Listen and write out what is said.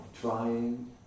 trying